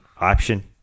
option